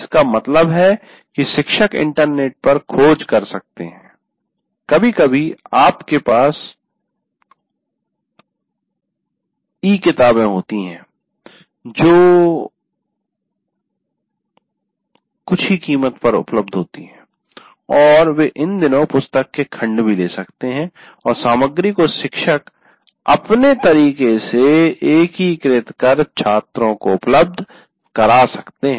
इसका मतलब है कि शिक्षक इन्टरनेट पर खोज कर सकते हैं कभी कभी आपके पास ई किताबें होती हैं जो कुछ कीमत पर उपलब्ध होती हैं और वे इन दिनों पुस्तक के खंड भी ले सकते हैं और सामग्री को शिक्षक अपने तरीके से एकीकृत कर छात्रों को उपलब्ध करा सकते हैं